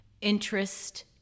interest